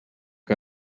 que